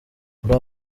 muri